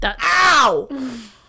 Ow